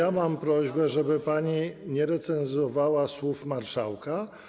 A ja mam prośbę, żeby pani nie recenzowała słów marszałka.